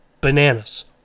bananas